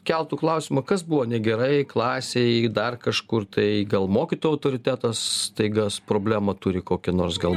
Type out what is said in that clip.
keltų klausimą kas buvo negerai klasėj dar kažkur tai gal mokytojo autoritetas staiga problemą turi kokią nors gal